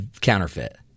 counterfeit